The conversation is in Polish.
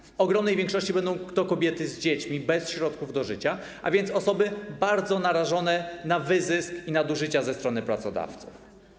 W ogromnej większości będą to kobiety z dziećmi, bez środków do życia, a więc osoby bardzo narażone na wyzysk i nadużycia ze strony pracodawców.